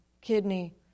kidney